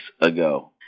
ago